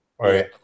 Right